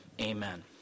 Amen